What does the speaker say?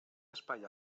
espai